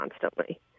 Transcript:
constantly